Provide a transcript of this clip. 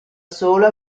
solo